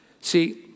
See